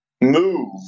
move